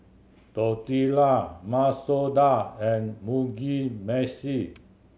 Tortilla Masoor Dal and Mugi